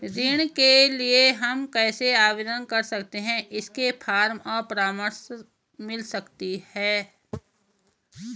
ऋण के लिए हम कैसे आवेदन कर सकते हैं इसके फॉर्म और परामर्श मिल सकती है?